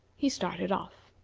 he started off.